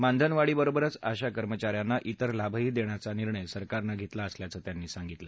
मानधन वाढीबरोबरच आशा कर्मचा यांना विर लाभही देण्याचा निर्णय सरकारनं घेतला असल्याचं त्यांनी सांगितलं